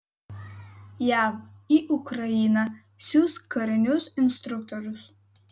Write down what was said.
jav į ukrainą siųs karinius instruktorius